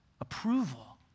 approval